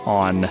on